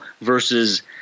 versus